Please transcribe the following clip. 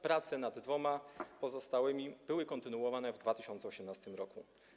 Prace nad dwoma pozostałymi były kontynuowane w 2018 r.